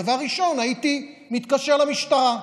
דבר ראשון הייתי מתקשר למשטרה.